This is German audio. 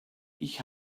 ich